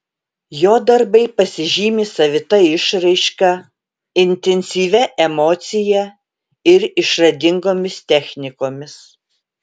jo darbai pasižymi savita išraiška intensyvia emocija ir išradingomis technikomis